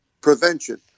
prevention